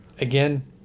again